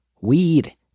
Weed